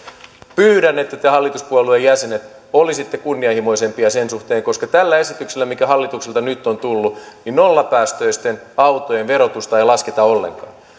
pyydän että te hallituspuolueiden jäsenet olisitte kunnianhimoisempia sen suhteen koska tällä esityksellä mikä hallitukselta nyt on tullut nollapäästöisten autojen verotusta ei lasketa ollenkaan